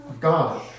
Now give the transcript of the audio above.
God